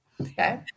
okay